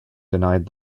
denied